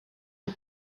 les